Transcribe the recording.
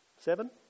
seven